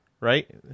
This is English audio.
right